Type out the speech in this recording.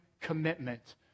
commitment